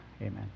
amen